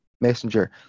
Messenger